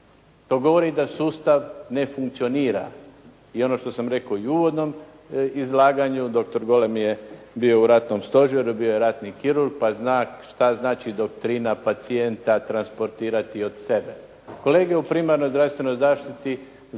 To govori da sustav ne funkcionira i ono što sam rekao i u uvodnom izlaganju, doktor Golem je bio u ratnom stožeru, bio je ratni kirurg pa zna što znači doktrina pacijenta, transportirati od sebe. Kolege u primarnoj zdravstvenoj zaštiti zato